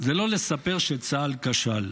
זה לא לספר שצה"ל כשל.